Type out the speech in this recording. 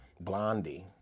Blondie